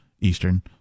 Eastern